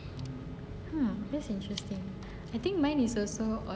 mm that is interesting I think mine is also on